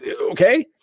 Okay